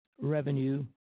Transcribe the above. revenue